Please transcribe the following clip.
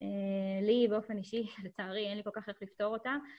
לי באופן אישי, לצערי, אין לי כל כך איך לפתור אותה.